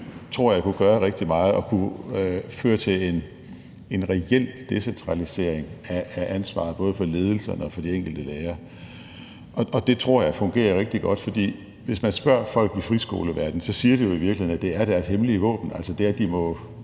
form tror jeg kunne gøre rigtig meget og kunne føre til en reel decentralisering af ansvaret, både for ledelserne og for de enkelte lærere. Og det tror jeg vil fungere rigtig godt. For hvis man spørger folk i friskoleverdenen, siger de jo i virkeligheden, at det er deres hemmelige våben,